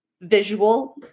visual